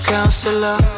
Counselor